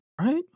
Right